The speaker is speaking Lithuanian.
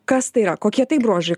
kas tai yra kokie tai bruožai